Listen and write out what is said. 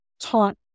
taught